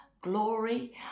glory